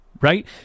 right